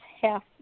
half